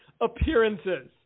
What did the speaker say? appearances